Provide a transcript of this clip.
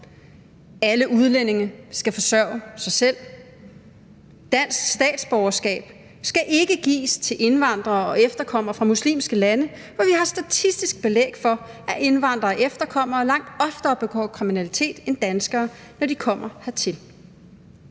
alle udlændinge skal forsørge sig selv, dansk statsborgerskab skal ikke gives til indvandrere og efterkommere fra muslimske lande, hvor vi har statistisk belæg for, at indvandrere og efterkommere langt oftere begår kriminalitet end danskere, når de kommer hertil.